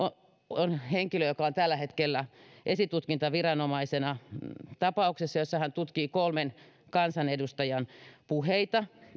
on henkilö joka on tällä hetkellä esitutkintaviranomaisena tapauksessa jossa hän tutkii kolmen kansanedustajan puheita